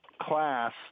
class